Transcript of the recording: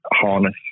harness